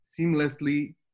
seamlessly